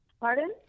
Pardon